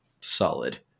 solid